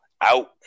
out